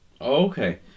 Okay